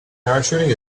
parachuting